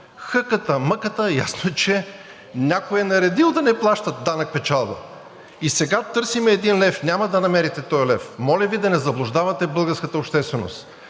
Хъката-мъката… Ясно е, че някой е наредил да не плащат данък печалба и сега търсим 1 лв. Няма да намерите този лев. Моля Ви да не заблуждавате българската общественост.